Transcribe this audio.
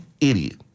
idiot